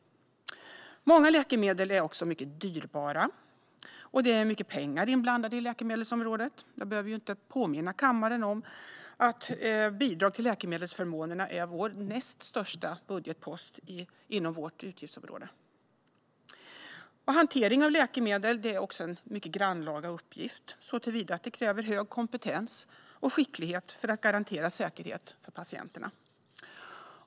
Många läkemedel är också mycket dyrbara, och det är mycket pengar inblandade i läkemedelsområdet. Jag behöver inte påminna kammaren om att bidrag till läkemedelsförmånerna är vår näst största budgetpost inom vårt utgiftsområde. Hantering av läkemedel är också en mycket grannlaga uppgift såtillvida att det kräver hög kompetens och skicklighet för att garantera säkerhet för patienterna.